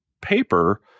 paper